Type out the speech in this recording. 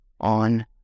on